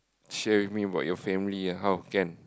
share with me about your family ah how can